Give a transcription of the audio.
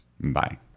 Bye